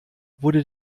wurde